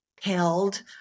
held